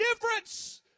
difference